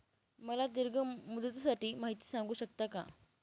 मला दीर्घ मुदतीसाठी माहिती सांगू शकता का?